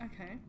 Okay